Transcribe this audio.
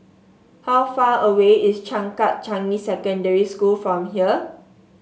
how far away is Changkat Changi Secondary School from here